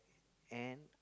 and